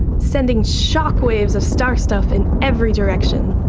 sending shock waves of star stuff in every direction.